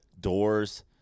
doors